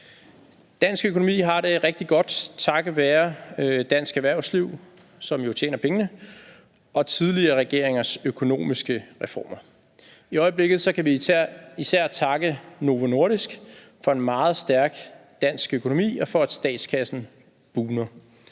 Dansk økonomi har det rigtig godt takket være dansk erhvervsliv, som jo tjener pengene, og tidligere regeringers økonomiske reformer. I øjeblikket kan vi især takke Novo Nordisk for en meget stærk dansk økonomi og for, at statskassen bugner.